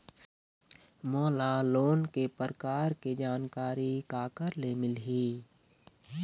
मोला लोन के प्रकार के जानकारी काकर ले मिल ही?